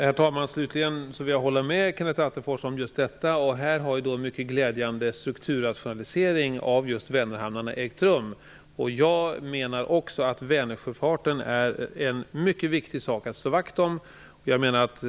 Herr talman! Jag vill slutligen hålla med Kenneth Attefors om just detta. En strukturrationalisering av Vänerhamnarna har mycket glädjande ägt rum. Jag menar också att Vänersjöfarten är en mycket viktig sak att slå vakt om.